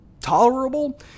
tolerable